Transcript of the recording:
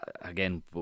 again